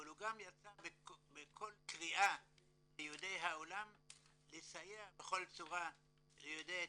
אבל הוא גם יצא בקול קריאה ליהודי העולם לסייע בכל צורה ליהודי אתיופיה.